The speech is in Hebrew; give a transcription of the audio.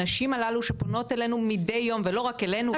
הנשים הללו שפונות אלינו מידי יום ולא רק אלינו.